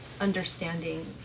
understanding